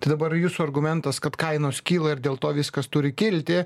tai dabar jūsų argumentas kad kainos kyla ir dėl to viskas turi kilti